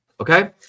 Okay